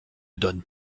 donne